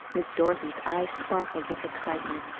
miss dorothy's eyes sparkled with excitement,